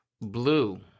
blue